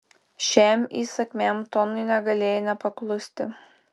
šiam įsakmiam tonui negalėjai nepaklusti